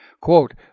Quote